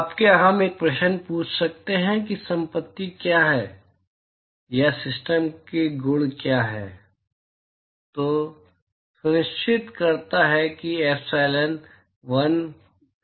अब क्या हम एक प्रश्न पूछ सकते हैं कि संपत्ति क्या है या सिस्टम के गुण क्या हैं यह सुनिश्चित करता है कि epsilon1 alpha1